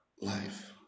life